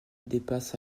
dépasse